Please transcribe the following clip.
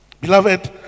Beloved